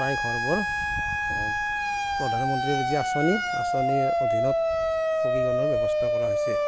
প্ৰায় ঘৰবোৰ প্ৰধানমন্ত্ৰীৰ যি আঁচনি আঁচনিৰ অধীনত পকীকৰণৰ ব্যৱস্থা কৰা হৈছে